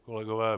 Kolegové...